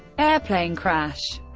airplane crash